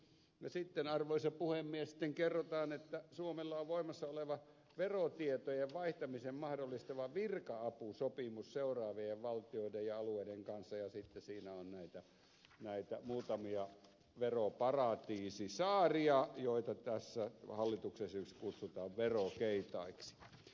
ja sitten arvoisa puhemies kerrotaan että suomella on voimassa oleva verotietojen vaihtamisen mahdollistava virka apusopimus seuraavien valtioiden ja alueiden kanssa ja sitten siinä on näitä muutamia veroparatiisisaaria joita tässä hallituksen esityksessä kutsutaan verokeitaiksi